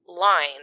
line